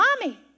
mommy